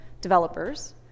developers